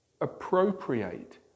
appropriate